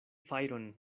fajron